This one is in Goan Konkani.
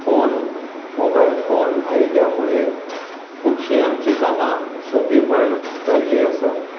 फोन मोबायल फोन आयिल्ल्या मुळे खूबशीं आमची कामां सोपी पण जाल्लीं आसा